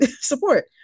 support